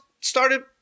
started